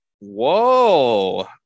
Whoa